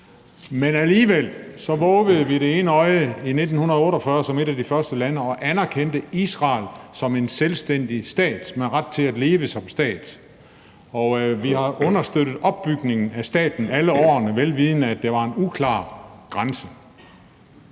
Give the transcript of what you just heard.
Men alligevel vovede vi det ene øje i 1948 ved som et af de første lande at anerkende Israel som en selvstændig stat med ret til at leve som stat. Og vi har understøttet opbygningen af staten alle årene, vel vidende at det var en uklar grænse.